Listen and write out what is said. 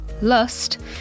lust